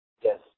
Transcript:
Yes